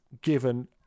given